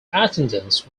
attendance